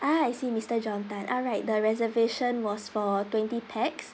ah I see mister john tan alright the reservation was for twenty pax